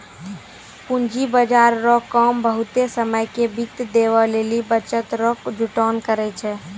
पूंजी बाजार रो काम बहुते समय के वित्त देवै लेली बचत रो जुटान करै छै